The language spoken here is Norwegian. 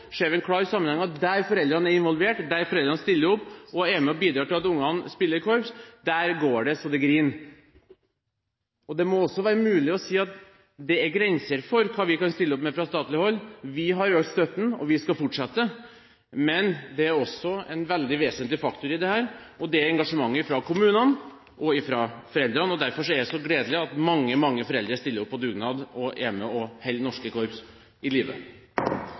en klar sammenheng: Der foreldrene er involvert og stiller opp og er med på å bidra til at barna spiller i korps, går det så det griner. Det må også være mulig å si at det er grenser for hva vi kan stille opp med fra statlig hold. Vi har økt støtten, og vi skal fortsette med det. Men det er en veldig vesentlig faktor i dette, og det er engasjement fra kommunene og fra foreldrene. Derfor er det så gledelig at mange, mange foreldre stiller opp på dugnad og er med på å holde norske korps i